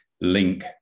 link